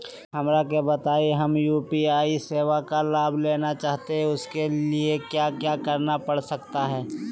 हमरा के बताइए हमें यू.पी.आई सेवा का लाभ लेना चाहते हैं उसके लिए क्या क्या करना पड़ सकता है?